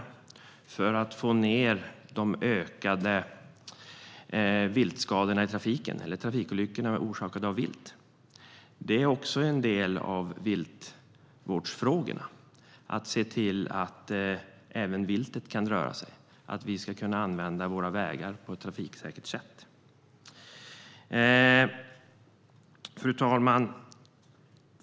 Det handlar om att få ned det ökade antalet trafikolyckor som är orsakade av vilt. Att se till att även viltet kan röra sig är också en del av viltvårdsfrågorna, precis som att vi ska kunna använda våra vägar på ett trafiksäkert sätt. Fru talman!